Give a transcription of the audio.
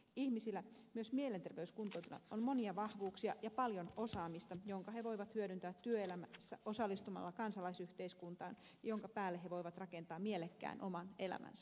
ihmisillä myös mielenterveyskuntoutujilla on monia vahvuuksia ja paljon osaamista jonka he voivat hyödyntää työ elämässä osallistumalla kansalaisyhteiskuntaan jonka päälle he voivat rakentaa mielekkään oman elämänsä